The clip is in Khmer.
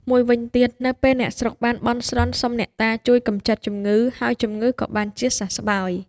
មួយវិញទៀតនៅពេលអ្នកស្រុកបានបន់ស្រន់សុំអ្នកតាជួយកម្ចាត់ជំងឺ ហើយជំងឺក៏បានជាសះស្បើយ